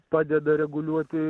padeda reguliuoti